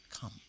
come